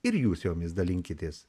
ir jūs jomis dalinkitės